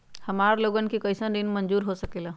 हमार लोगन के कइसन ऋण मंजूर हो सकेला?